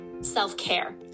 self-care